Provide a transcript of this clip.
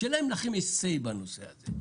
שאלה אם לכם יש say בנושא הזה.